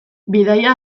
bidaia